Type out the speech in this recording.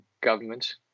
government